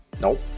nope